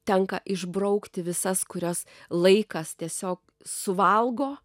tenka išbraukti visas kurias laikas tiesiog suvalgo